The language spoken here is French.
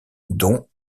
dont